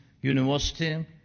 university